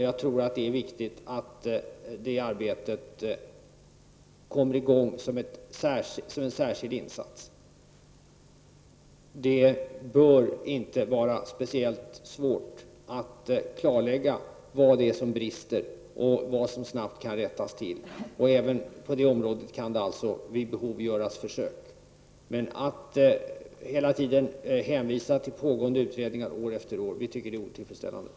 Jag tror att det är viktigt att det arbetet kommer i gång som en särskild insats. Det bör inte vara särskilt svårt att klarlägga vad som brister och vad som snabbt kan rättas till. Även på det området kan det vid behov göras försök. Vi tycker att det är otillfredsställande att man år efter år hänvisar till pågående utredningar.